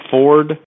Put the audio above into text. Ford